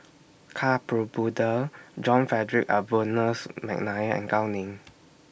Ka John Frederick Adolphus Mcnair and Gao Ning